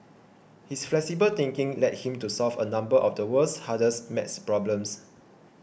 his flexible thinking led him to solve a number of the world's hardest math problems